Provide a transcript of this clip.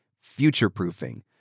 future-proofing